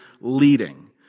leading